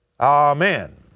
Amen